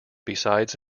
besides